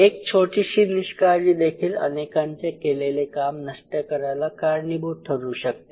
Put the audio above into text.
एक छोटीशी निष्काळजी देखील अनेकांचे केलेले काम नष्ट करायला कारणीभूत ठरू शकते